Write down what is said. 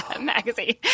magazine